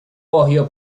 ohio